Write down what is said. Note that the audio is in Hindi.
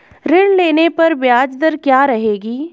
ऋण लेने पर ब्याज दर क्या रहेगी?